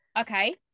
Okay